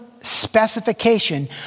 specification